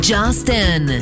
Justin